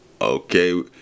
Okay